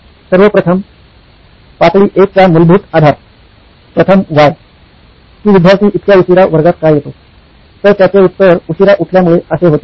सर्वप्रथम पाहता प्रथम पातळी १ चा मूलभूत आधार प्रथम व्हाय कि विद्यार्थी इतक्या उशिरा वर्गात का येतो तर त्याचे उत्तर उशीरा उठल्यामुळे असे होते